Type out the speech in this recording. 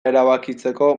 erabakitzeko